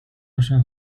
noszę